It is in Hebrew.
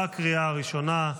בקריאה הראשונה.